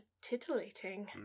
titillating